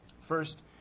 First